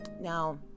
now